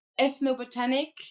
ethnobotanic